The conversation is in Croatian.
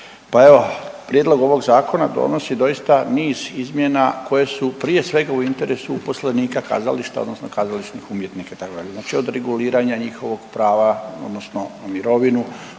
prijedlog ovog zakona donosi doista niz izmjena koje su prije svega u interesu uposlenika kazališta odnosno kazališnih umjetnika itd. znači od reguliranja njihovog prava odnosno mirovinu,